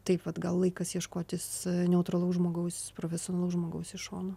taip vat gal laikas ieškotis neutralaus žmogaus profesionalaus žmogaus iš šono